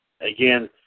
again